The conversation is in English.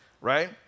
right